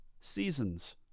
seasons